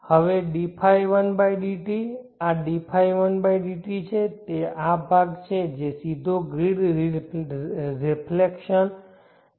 હવે dϕ1 dt આ dϕ1dt છે આ તે ભાગ છે જે સીધો ગ્રીડ રેફલેકશન થી આવે છે